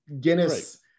Guinness